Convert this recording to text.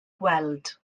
gweld